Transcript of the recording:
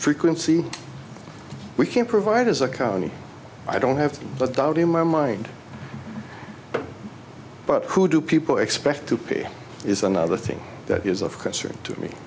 frequency we can provide as a county i don't have to but doubt in my mind but who do people expect to pay is another thing that is of concern to me